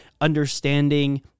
understanding